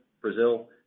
Brazil